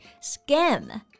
Scam